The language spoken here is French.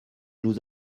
nous